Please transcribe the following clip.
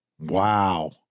Wow